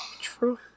true